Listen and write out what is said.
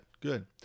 Good